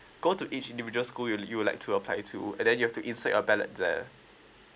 go to each individual school you'll you will like to apply to and then you have to insert your ballot there